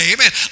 Amen